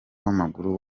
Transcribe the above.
w’amaguru